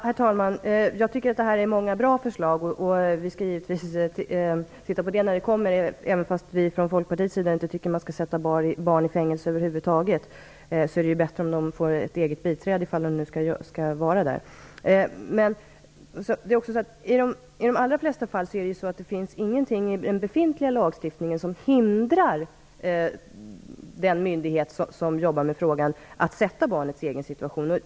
Herr talman! Jag tycker att många av förslagen är bra. Vi skall givetvis titta på dem när de kommer. Vi från Folkpartiets sida tycker inte att man skall sätta barn i fängelse över huvud taget, men det är ju bättre om de får ett eget biträde om de nu skall vara där. I de allra flesta fall finns ingenting i den befintliga lagstiftningen som hindrar den myndighet som jobbar med frågan att sätta sig i barnets egen situation.